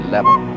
Level